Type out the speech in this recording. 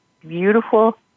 beautiful